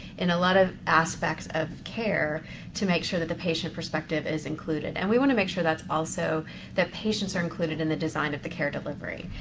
in a lot of aspects of care to make sure that the patient perspective is included. and we want to make sure that's also that patients are included in the design of the care delivery.